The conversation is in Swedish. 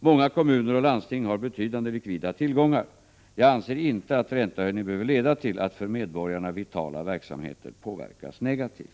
Många kommuner och landsting har betydande likvida tillgångar. Jag anser inte att räntehöjningen behöver leda till att för medborgarna vitala verksamheter påverkas negativt.